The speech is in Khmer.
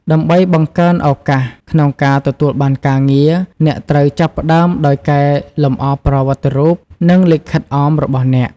ដើម្បីបង្កើនឱកាសក្នុងការទទួលបានការងារ អ្នកត្រូវចាប់ផ្តើមដោយកែលម្អប្រវត្តិរូប និងលិខិតអម របស់អ្នក។